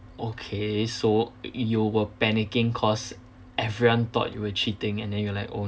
okay so you were panicking cause everyone thought you were cheating and then you're like oh